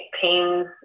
pains